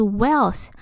wealth